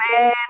man